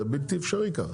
זה בלתי אפשרי ככה.